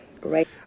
right